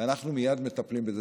ואנחנו מייד מטפלים בזה.